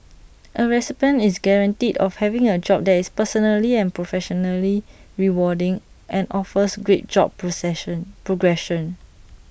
A recipient is guaranteed of having A job that is personally and professionally rewarding and offers great job precision progression